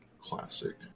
Classic